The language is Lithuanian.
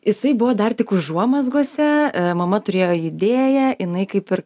jisai buvo dar tik užuomazgose mama turėjo idėją jinai kaip ir